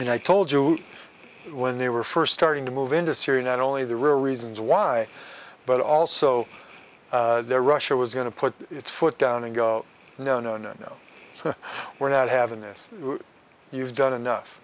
and i told you when they were first starting to move into syria not only the real reasons why but also there russia was going to put its foot down and go no no no no we're not having this you've done enough